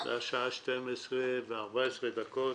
והשעה 12:14 דקות.